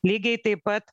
lygiai taip pat